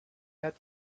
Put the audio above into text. had